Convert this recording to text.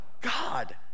God